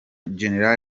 gen